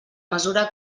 mesura